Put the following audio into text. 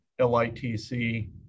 LITC